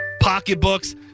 pocketbooks